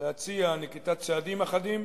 להציע נקיטת צעדים אחדים